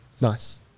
Nice